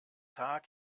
tag